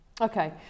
Okay